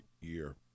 year